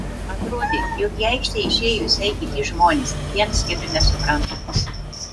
atrodė jog į aikštę išėjo visai kiti žmonės vienas kito nesuprantantys